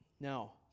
Now